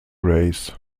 grace